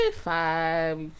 five